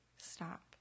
stop